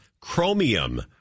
chromium